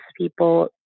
people